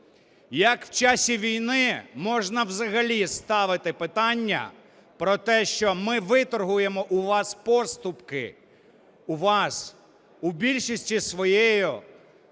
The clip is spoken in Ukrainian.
Як в часи війни можна взагалі ставити питання про те, що ми виторгуємо у вас поступки? У вас, у більшості своїй